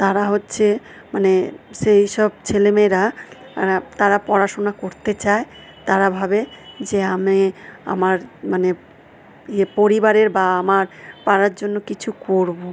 তারা হচ্ছে মানে সেই সব ছেলেমেয়েরা তারা পড়াশুনা করতে চায় তারা ভাবে যে আমি আমার মানে ইয়ে পরিবারের বা আমার পাড়ার জন্য কিছু করবো